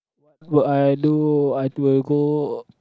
what I do I do a go